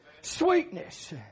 Sweetness